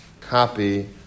copy